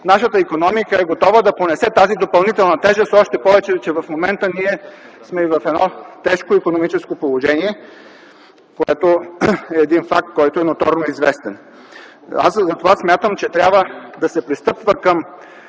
нашата икономика е готова да понесе тази допълнителна тежест, още повече в момента сме в тежко икономическо положение, което е факт, който е ноторно известен. Затова смятам, че трябва да се пристъпва към